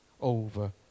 over